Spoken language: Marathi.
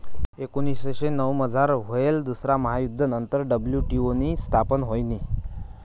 एकोनीसशे नऊमझार व्हयेल दुसरा महायुध्द नंतर डब्ल्यू.टी.ओ नी स्थापना व्हयनी